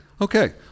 okay